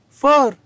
four